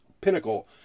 pinnacle